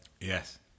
Yes